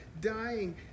dying